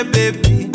baby